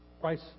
Price